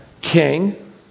king